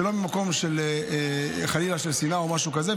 שלא ממקום של שנאה חלילה או משהו כזה.